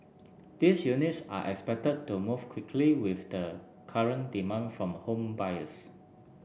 these units are expected to move quickly with the current demand from home buyers